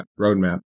roadmap